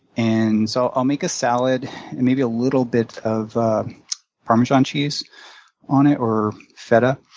and so i'll make a salad and maybe a little bit of parmesan cheese on it or feta.